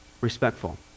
respectful